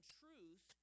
truth